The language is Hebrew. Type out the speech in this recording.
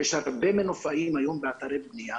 יש הרבה מנופאים היום באתרי בנייה